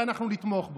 ואנחנו נתמוך בו.